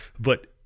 But-